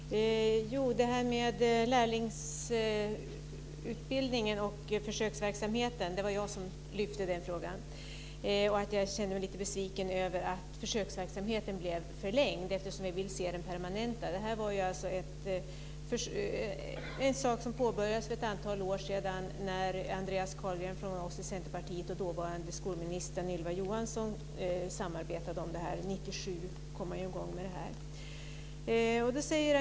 Fru talman! Det var jag som tog upp frågan om lärlingsutbildningen och försöksverksamheten. Jag känner mig lite besviken över att försöksverksamheten blev förlängd eftersom vi vill se den permanentad. Det här påbörjades för ett antal år sedan när Andreas Carlgren från Centerpartiet och dåvarande skolministern Ylva Johansson samarbetade om detta. Man kom i gång med det 1997.